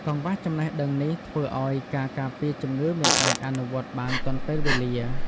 កង្វះចំណេះដឹងនេះធ្វើឱ្យការការពារជំងឺមិនអាចអនុវត្តបានទាន់ពេលវេលា។